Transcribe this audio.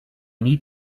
need